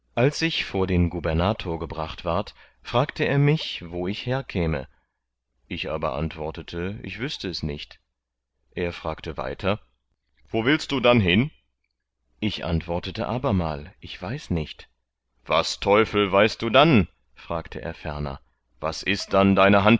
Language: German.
als ich vor den gubernator gebracht ward fragte er mich wo ich herkäme ich aber antwortete ich wüßte es nicht er fragte weiter wo willst du dann hin ich antwortete abermal ich weiß nicht was teufel weißt du dann fragte er ferner was ist dann deine